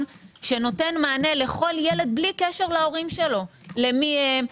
שנותן מענה לכל ילד בלי קשר להורים שלו למי הם,